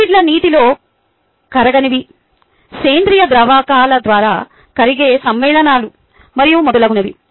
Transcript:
లిపిడ్ల నీటిలో కరగనివి సేంద్రీయ ద్రావకాల ద్వారా కరిగే సమ్మేళనాలు మరియు మొదలగునవి